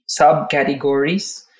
subcategories